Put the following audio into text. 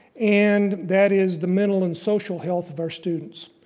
and that is the mental and social health of our students.